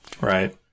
Right